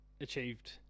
achieved